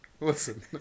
listen